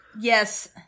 yes